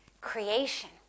creation